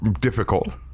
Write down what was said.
difficult